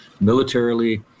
militarily